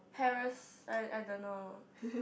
paras~ I I don't know